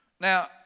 Now